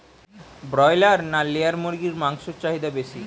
Broiler না layer মুরগির মাংসর চাহিদা বেশি?